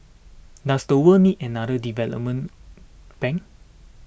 does the world need another development bank